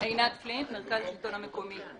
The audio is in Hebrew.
אני ממרכז השלטון המקומי.